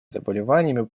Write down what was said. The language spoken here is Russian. заболеваниями